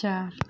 चार